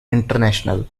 international